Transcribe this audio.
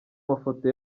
mafoto